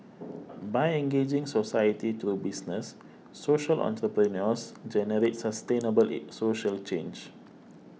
by engaging society through business social entrepreneurs generate sustainable social change